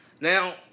Now